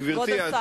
גברתי,